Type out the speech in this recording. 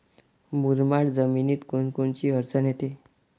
मुरमाड जमीनीत कोनकोनची अडचन येते?